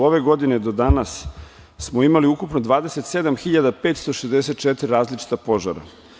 Ove godine do danas imali smo ukupno 27.564 različita požara.